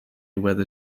whether